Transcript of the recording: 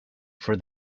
for